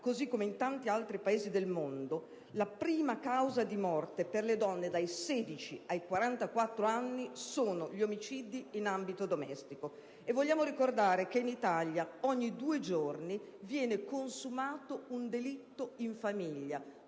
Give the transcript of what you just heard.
così come in tanti altri Paesi del mondo, la prima causa di morte per le donne dai 16 ai 44 anni sono gli omicidi in ambito domestico e che in Italia ogni due giorni viene consumato un delitto in famiglia: